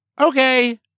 Okay